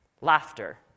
Laughter